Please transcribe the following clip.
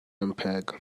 mpeg